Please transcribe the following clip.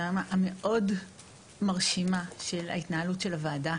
נעמה, המאוד מרשימה של ההתנהלות של הוועדה.